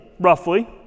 roughly